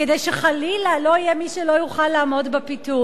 כדי שחלילה לא יהיה מי שלא יוכל לעמוד בפיתוי.